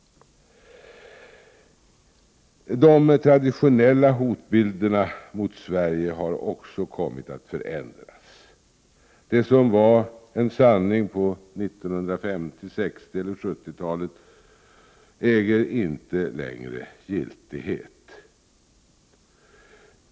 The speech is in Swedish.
De traditionella hotbilderna mot Sverige har också kommit att förändras. Det som var en sanning på 1950-, 1960 eller 1970-talet äger inte längre giltighet.